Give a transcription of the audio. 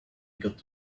got